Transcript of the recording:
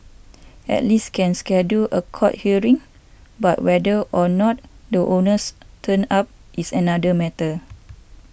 at least can schedule a court hearing but whether or not the owners turn up is another matter